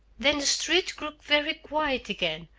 then the street grew very quiet again,